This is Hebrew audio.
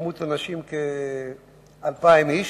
כ-2,000 איש.